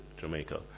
Jamaica